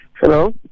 Hello